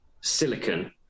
silicon